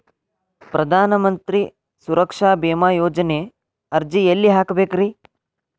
ಪ್ರಧಾನ ಮಂತ್ರಿ ಸುರಕ್ಷಾ ಭೇಮಾ ಯೋಜನೆ ಅರ್ಜಿ ಎಲ್ಲಿ ಹಾಕಬೇಕ್ರಿ?